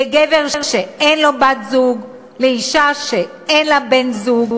לגבר שאין לו בת-זוג, לאישה שאין לה בן-זוג,